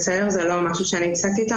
זה לא משהו שאני מתעסקת איתו,